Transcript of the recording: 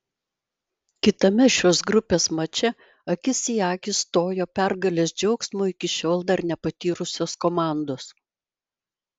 kitame šios grupės mače akis į akį stojo pergalės džiaugsmo iki šiol dar nepatyrusios komandos